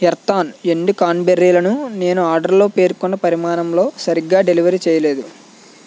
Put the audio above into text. Earthon ఎండు కాన్బెర్రీలను నేను ఆర్డరులో పేర్కొన్న పరిమాణంలో సరిగ్గా డెలివరీ చేయలేదు